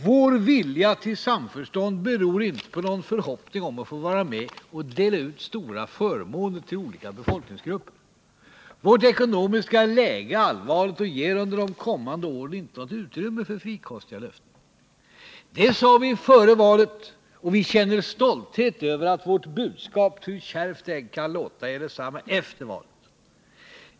Vår vilja till samförstånd beror inte på någon förhoppning om att vi skall få vara med och dela ut stora förmåner till olika befolkningsgrupper. Vårt lands ekonomiska läge är allvarligt och ger under de kommande åren inte något utrymme för frikostiga löften. Det sade vi före valet, och vi känner stolthet över att vårt budskap — hur kärvt det än kan låta — är detsamma efter valet.